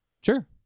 Sure